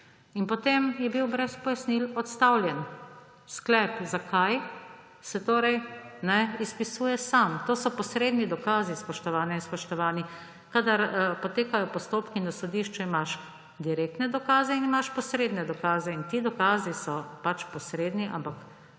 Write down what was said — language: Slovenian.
In potem je bil brez pojasnil odstavljen. Sklep zakaj, se torej izpisuje sam. To so posredni dokazi, spoštovane in spoštovani. Kadar potekajo postopki na sodišču, imaš direktne dokaze in imaš posredne dokaze, in ti dokazi so pač posredni, ampak